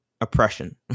oppression